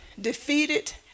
defeated